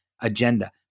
Agenda